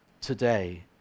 Today